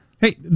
Hey